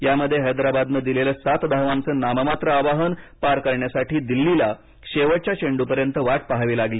यामध्ये हैद्रबादनं दिलेलं सात धावांचं नाममात्र आवाहन पार करण्यासाठी दिल्लीला शेवटच्या चेंडूपर्यंत वाट पाहावी लागली